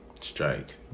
Strike